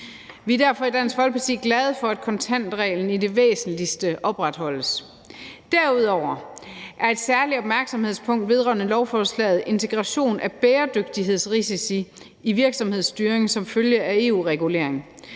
Vi er derfor i Dansk Folkeparti glade for, at kontantreglen i det væsentligste opretholdes. Derudover er et særligt opmærksomhedspunkt i lovforslaget integration af bæredygtighedsrisici i virksomhedsstyring som følge af EU-regulering.